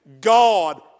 God